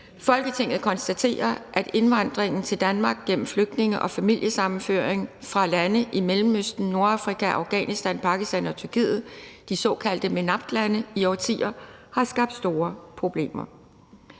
»Folketinget konstaterer, at indvandringen til Danmark gennem flygtninge og familiesammenføring fra lande i Mellemøsten, Nordafrika, Afghanistan, Pakistan og Tyrkiet – de såkaldte MENAPT-lande – i årtier har skabt store problemer.